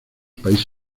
países